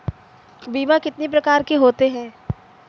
बीमा कितनी प्रकार के होते हैं?